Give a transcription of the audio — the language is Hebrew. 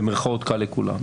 במירכאות קל לכולם,